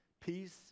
Peace